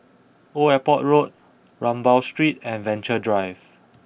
Old Airport Road Rambau Street and Venture Drive